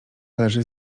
leży